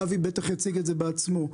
ואבי בטח יציג את זה בעצמו,